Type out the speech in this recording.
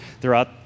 throughout